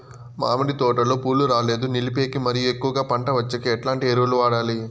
మామిడి తోటలో పూలు రాలేదు నిలిపేకి మరియు ఎక్కువగా పంట వచ్చేకి ఎట్లాంటి ఎరువులు వాడాలి?